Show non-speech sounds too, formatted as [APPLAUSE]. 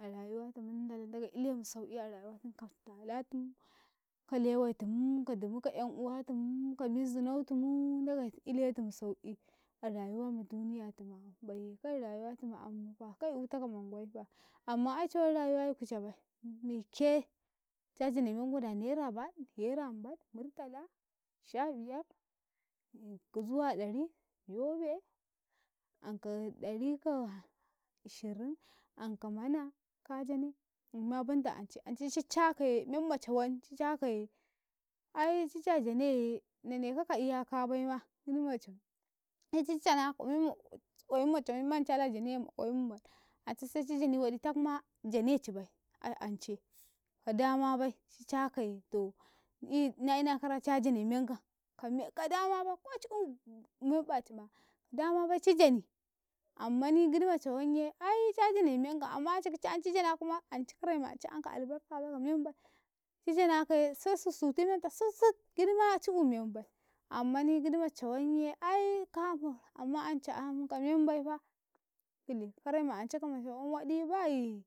A rayuwatum mun ndala ndagei ulemu sau'i a rayuwatum kan lewai tum ka dumi ka yan uwatumk amizonotum ndagei iletum sau'i a rayuwama duniyatumu kai rayuwatumu yam eu taka mangwaifa amma aicawaon rayuwa cajane menwadi a naira baɗ naira himbiɗ murtala shaa biyar zuwa ɗari, yobe, anka ɗari ka ishirin anka man ka jane amma banda ance, ance ci cakaye memma cawan cicakaye ai cicayaneye naneka ka iyaka baima giɗmacin seci janaka gwayimma cawan man cala jane ma gwayim ance se ci jani waɗi takma jane cibai a ance ka damabai ci cakaye to e ina kara ca ja nemen gan, kanem ka dama bai ka ci eu [HESITATION] ka damabai ci jani ammani gidi ma cawanye ai ca jane menga amman ance kica yan ci janakuma ance kare ma ance yan ci ka albarkabai ka membai ci yaja nakaye se susutimenta siɗ-siɗ gidma ci eu membai ammani gidima cawanye aika mma anca ain kamembaifa kile kare ma ance ka ma cawan wadibai